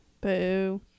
Boo